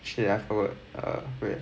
shit ah what err wait